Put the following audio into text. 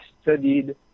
studied